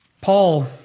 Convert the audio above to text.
Paul